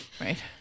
Right